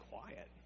quiet